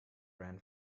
ran